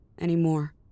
anymore